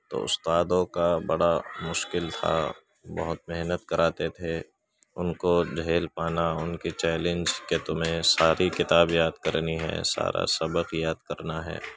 تو اُستادوں کا بڑا مشکل تھا بہت محنت کراتے تھے اُن کو جھیل پانا اُن کے چیلینج کہ تمہیں ساری کتاب یاد کرنی ہےسارا سبق یاد کرنا ہے